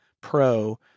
Pro